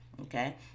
Okay